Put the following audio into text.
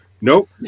Nope